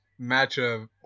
matchup